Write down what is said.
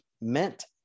meant